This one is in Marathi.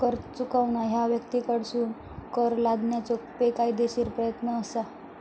कर चुकवणा ह्या व्यक्तींकडसून कर लादण्याचो बेकायदेशीर प्रयत्न असा